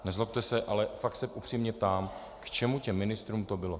Nezlobte se, ale fakt se upřímně ptám, k čemu těm ministrům to bylo.